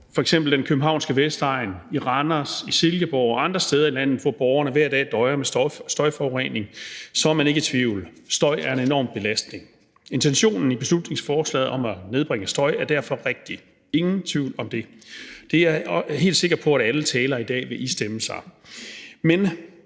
f.eks. den københavnske vestegn, i Randers, i Silkeborg og andre steder i landet, hvor borgerne hver dag døjer med støjforurening, så er man ikke i tvivl: Støj er en enorm belastning. Intentionen i beslutningsforslaget om at nedbringe støj er derfor rigtig – ingen tvivl om det. Det er jeg helt sikker på at alle talere i dag vil istemme. Men